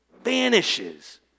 vanishes